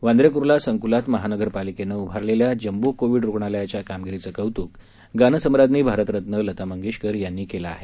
वांद्रे कुर्ला संकूलात महानगरपालिकेने उभारलेल्या जंबो कोविड रुग्णालयाच्या कामगिरीचं कौतूक गानसम्राज्ञी भारतरत्न लता मंगेशकर यांनी केलं आहे